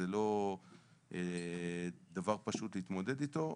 זה לא דבר פשוט להתמודד איתו,